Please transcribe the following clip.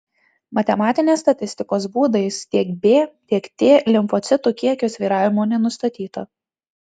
matematinės statistikos būdais tiek b tiek t limfocitų kiekio svyravimų nenustatyta